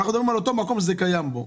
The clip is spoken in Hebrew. אנחנו מדברים על אותו מקום שזה קיים בו,